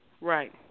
Right